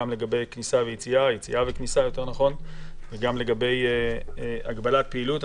גם לגבי יציאה מישראל וכניסה אליה וגם לגבי הגבלת פעילות.